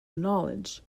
knowledge